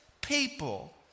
people